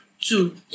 two